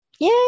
Yay